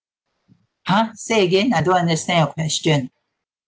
!huh! say again I don't understand your question